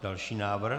Další návrh?